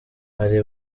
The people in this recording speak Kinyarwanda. bari